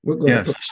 Yes